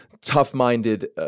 tough-minded